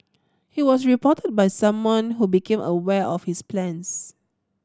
he was reported by someone who became aware of his plans